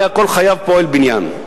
היה כל חייו פועל בניין.